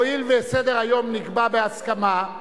הואיל וסדר-היום נקבע בהסכמה,